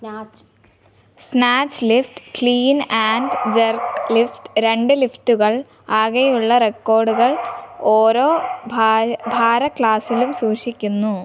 snatch snatch lift clean and jerk lift രണ്ട് ലിഫ്റ്റുകൾ ആകെയുള്ള റെക്കോർഡുകൾ ഓരോ ഭാര ഭാര ക്ലാസിലും സൂക്ഷിക്കുന്നു